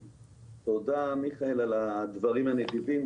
תודה, מיכאל, על הדברים הנדיבים.